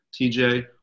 TJ